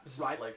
right